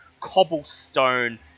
cobblestone